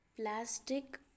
plastic